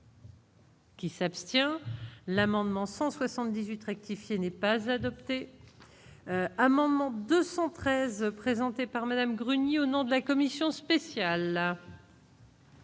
Qui s'abstient l'amendement 178 rectifier n'est pas adopté un moment 213 présenté. Par Madame Grenier, au nom de la commission spéciale.